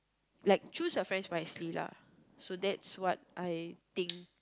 like choose your friends wisely lah so that's what I think